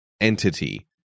entity